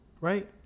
Right